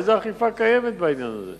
איזה אכיפה קיימת בעניין הזה.